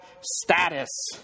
status